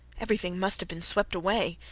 everything must have been swept away.